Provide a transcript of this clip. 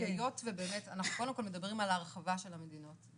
היות ובאמת אנחנו קודם כל מדברים על ההרחבה של המדינות,